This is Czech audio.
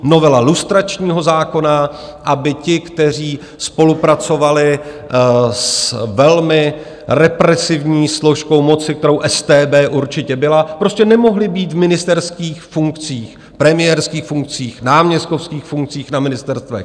Novela lustračního zákona, aby ti, kteří spolupracovali s velmi represivní složkou moci, kterou StB určitě byla, prostě nemohli být v ministerských funkcích, premiérských funkcích, náměstkovských funkcích na ministerstvech.